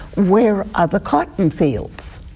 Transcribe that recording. where are the cotton fields?